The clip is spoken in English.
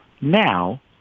now